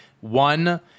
One